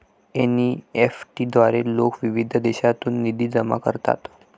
NEFT द्वारे लोक विविध देशांतून निधी जमा करतात